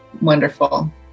wonderful